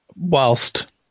whilst